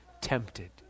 tempted